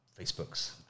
facebook's